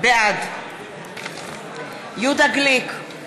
בעד יהודה גליק,